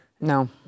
No